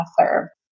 author